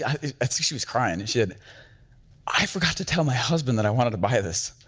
i think she was crying and she said i forgot to tell my husband that i wanted to buy this.